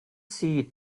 see